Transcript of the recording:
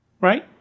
right